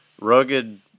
rugged